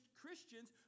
Christians